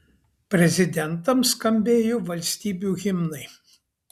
prezidentams skambėjo valstybių himnai